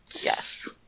Yes